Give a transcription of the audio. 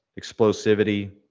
explosivity